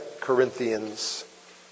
Corinthians